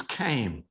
came